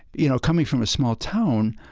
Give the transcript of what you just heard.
you know, coming from a small town,